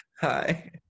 Hi